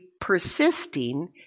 persisting